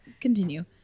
Continue